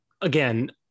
again